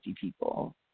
people